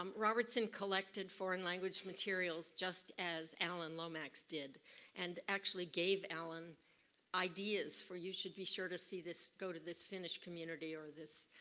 um robertson collected foreign language materials just as alan lomax did and actually gave alan ideas. you should be sure to see this, go to this finnish community, or this,